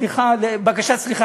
בקשת סליחה,